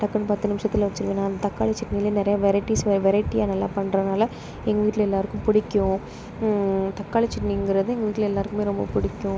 டக்குனு பத்து நிமிசத்தில் வச்சுருவன் நான் தக்காளி சட்னிலேயே நிறைய வெரெட்டிஸ் வெரெட்டியாக நல்லா பண்ணுறனால எங்கள் வீட்டில் எல்லோருக்கும் பிடிக்கும் தக்காளி சட்னிங்கிறது எங்கள் வீட்டில் எல்லோருக்குமே ரொம்ப பிடிக்கும்